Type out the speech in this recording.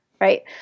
right